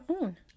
own